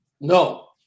no